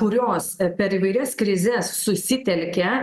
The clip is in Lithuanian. kurios per įvairias krizes susitelkia